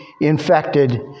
infected